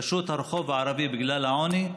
פשוט, הרחוב הערבי, בגלל העוני,